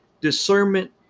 discernment